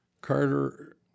Carter